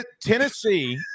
Tennessee